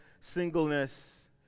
singleness